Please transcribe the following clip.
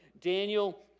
Daniel